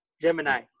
Gemini